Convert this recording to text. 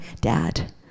dad